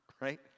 Right